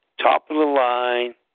top-of-the-line